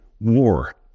war